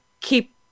keep